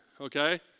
okay